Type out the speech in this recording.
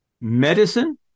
Medicine